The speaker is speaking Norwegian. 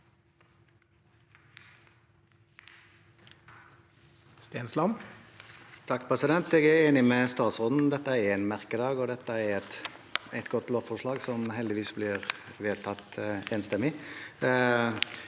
Stensland (H) Jeg er enig med statsråden. Dette er en merkedag, og dette er et godt lovforslag, som heldigvis blir vedtatt enstemmig.